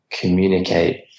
communicate